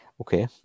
Okay